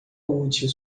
útil